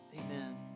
amen